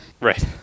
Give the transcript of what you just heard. Right